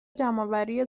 جمعآوری